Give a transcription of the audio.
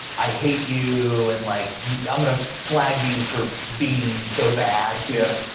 i hate you. and like you, i'm gonna flag you for being so bad. yeah,